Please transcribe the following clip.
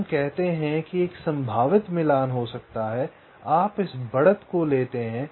हम कहते हैं कि एक संभावित मिलान हो सकता है आप इस बढ़त को लेते हैं आप इस बढ़त को लेते हैं